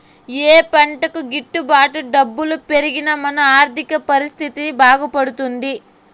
ఏ పంటకు గిట్టు బాటు డబ్బులు పెరిగి మన ఆర్థిక పరిస్థితి బాగుపడుతుంది?